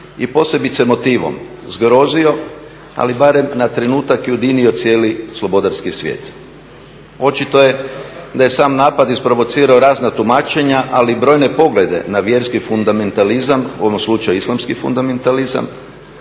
i posebice motivom zgrozio, ali barem na trenutak i ujedinio cijeli slobodarski svijet. Očito je da je sam napad isprovocirao razna tumačenja ali brojne poglede na vjerski fundamentalizam, u ovom slučaju islamski fundamentalizam